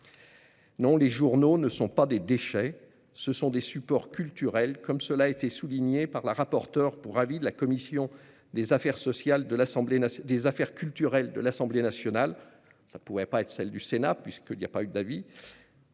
Non, les journaux ne sont pas des déchets. Ce sont des supports culturels, comme cela a été souligné par la rapporteure pour avis de la commission des affaires culturelles de l'Assemblée nationale ; cela ne pouvait pas être la commission de la culture du Sénat, puisqu'il n'y a pas eu d'avis